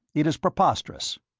it is preposterous.